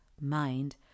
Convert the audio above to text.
mind